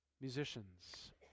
Musicians